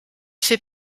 fait